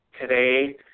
Today